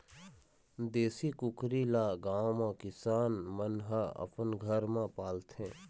देशी कुकरी ल गाँव म किसान मन ह अपन घर म पालथे